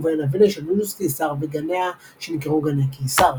ובהן הווילה של יוליוס קיסר וגניה שנקראו "גני קיסר"